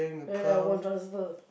then I won't transfer